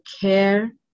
care